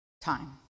time